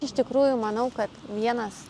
iš tikrųjų manau kad vienas